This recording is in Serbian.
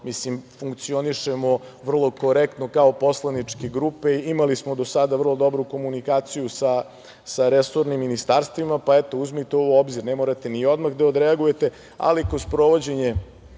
mislim funkcionišemo vrlo korektno kao poslaničke grupe. Imali smo do sada vrlo dobru komunikaciju sa resornim ministarstvima, pa eto, uzmite ovo u obzir, ne morate ni odmah da odreagujete, ali kroz provođenje